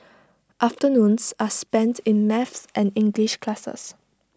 afternoons are spent in maths and English classes